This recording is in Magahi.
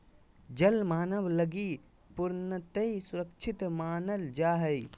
जल मानव लगी पूर्णतया सुरक्षित मानल जा हइ